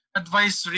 Advice